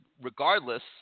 regardless